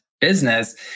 business